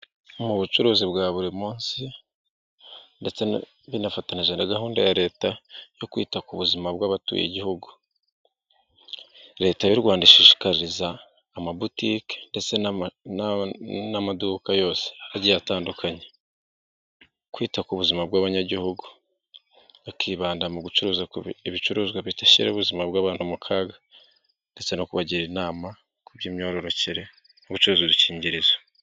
Mu bucuruzi bwa buri munsi, ndetse binafatanyije na gahunda ya leta yo kwita kubuzima bwa abatuye igihugu, leta y'u Rwanda ishishikariza amabutike ndetse n'amaduka yose agiye atandukanye. Kwita ku buzima bw'abanyagihugu, bakibanda mu gucuruza ibicuruzwa bidashyira ubuzima bw'abantu mukaga, ndetse no kubagira inama ku by'imyororokere no gucuruza udukingirizo.